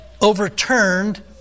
overturned